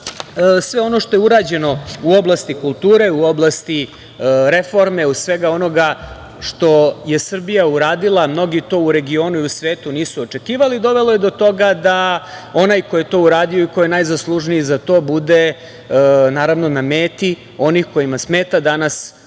sve ono što je urađeno u oblasti kulture, u oblasti reforme i svega onoga što je Srbija uradila, mnogi to u regionu i u svetu nisu očekivali, dovelo je do toga da onaj koji je to uradio i koji je najzaslužniji za to bude na meti onih kojima smeta danas